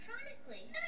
electronically